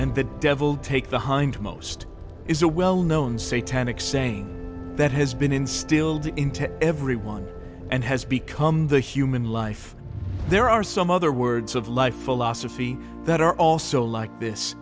and the devil take the hindmost is a well known say tanach saying that has been instilled into everyone and has become the human life there are some other words of life philosophy that are also like this